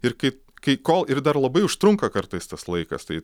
ir kai kai kol ir dar labai užtrunka kartais tas laikas tai